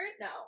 No